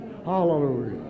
Hallelujah